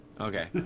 Okay